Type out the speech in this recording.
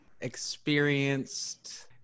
experienced